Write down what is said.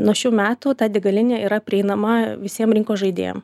nuo šių metų ta degalinė yra prieinama visiem rinkos žaidėjam